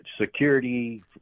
security